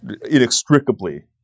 inextricably